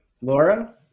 Laura